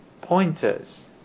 pointers